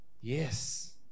Yes